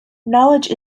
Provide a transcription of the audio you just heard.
knowledge